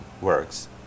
works